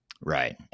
Right